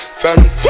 family